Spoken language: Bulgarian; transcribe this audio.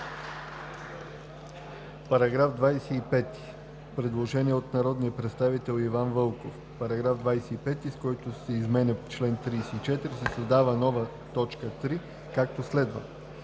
По § 25 има предложение от народния представител Иван Вълков: „В § 25, с който се изменя чл. 34, се създава нова т. 3, както следва: